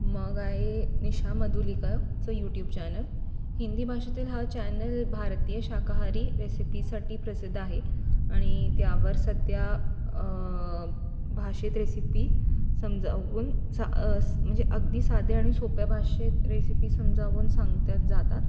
मग आहे निशा मधुलिका चं यूट्यूब चॅनल हिंदी भाषेतील हा चॅनल भारतीय शाकाहारी रेसिपीसाठी प्रसिद्ध आहे आणि त्यावर सध्या भाषेत रेसिपी समजावून सा स म्हणजे अगदी साध्या आणि सोप्या भाषेत रेसिपी समजावून सांगतात जातात